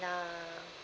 uh